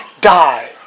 Die